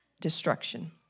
destruction